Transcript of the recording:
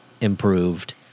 improved